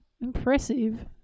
impressive